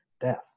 death